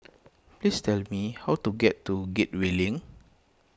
please tell me how to get to Gateway Link